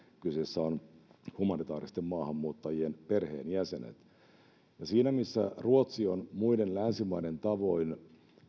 kyseessä ovat humanitaaristen maahanmuuttajien perheenjäsenet siinä missä ruotsi on muiden länsimaiden tavoin